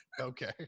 Okay